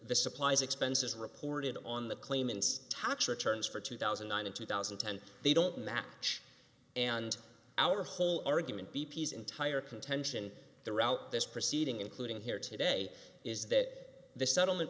the supplies expenses reported on the claimants tax returns for two thousand and nine and two thousand and ten they don't match and our whole argument b p s entire contention throughout this proceeding including here today is that the settlement